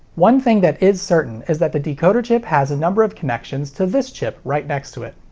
one thing that is certain is that the decoder chip has a number of connections to this chip right next to it.